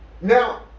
Now